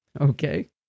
Okay